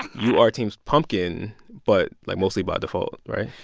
you are team pumpkin but, like, mostly by default, right?